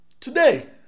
Today